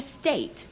state